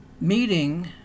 meeting